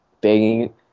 begging